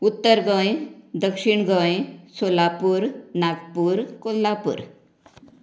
उत्तर गोंय दक्षिण गोंय सोलापूर नागपूर कोल्हापूर